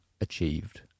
achieved